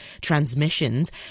transmissions